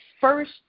first